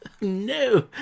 no